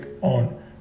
on